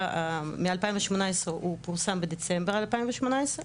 מ-2018 הוא פורסם בדצמבר 2018,